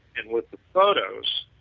and with the photos,